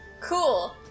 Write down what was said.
Cool